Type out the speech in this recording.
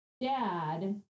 dad